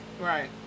Right